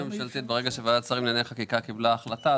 ברגע שוועדת שרים לענייני חקיקה קיבלה החלטה,